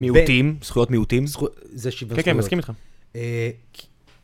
זכויות מיעוטים, זכויות מיעוטים, זה שווה זכויות. כן, כן, מסכים איתך.